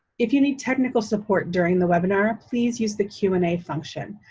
if you need technical support during the webinar, please use the q and a function.